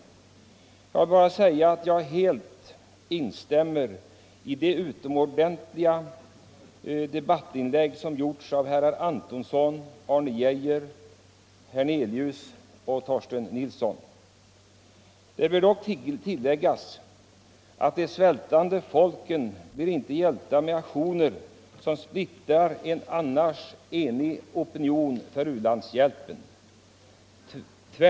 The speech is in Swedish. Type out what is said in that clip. Torsdagen den Jag vill bara säga att jag helt instämmer i de utomordentliga debattinlägg 12 december 1974 som gjorts av herrar Antonsson, Arne Geijer, Hernelius och Torsten I Nilsson. Ytterligare insatser Det bör dock tilläggas att de svältande folken inte blir hjälpta med = för svältdrabbade aktioner som splittrar en annars enig opinion för u-landshjälpen.